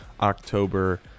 October